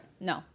No